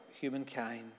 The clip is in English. humankind